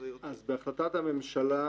בהחלטת הממשלה,